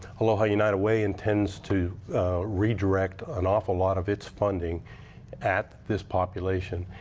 aloha united way intends to redirect and awful lot of its funding at this population.